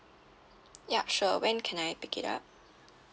ya sure when can I pick it up